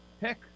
Pick